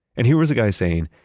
and he was the guy saying,